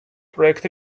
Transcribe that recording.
проект